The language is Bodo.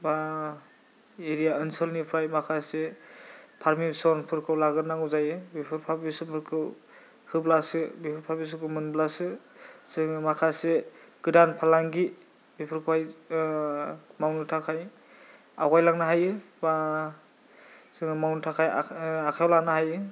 बा एरिया ओनसोलनिफ्राय माखासे पारमिसनफोरखौ लाग्रोनांगौ जायो बेफोर पारमिसनफोरखौ होब्लासो बेफोर पारमिसनफोरखौ मोनब्लासो जोङो माखासे गोदान फालांगि बेफोरखौहाय मावनो थाखाय आवगायलांनो हायो बा जों मावनो थाखाय आखाइयाव लानो हायो